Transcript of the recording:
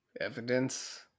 Evidence